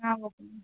okay